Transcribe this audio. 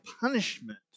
punishment